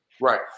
Right